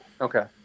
okay